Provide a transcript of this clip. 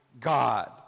God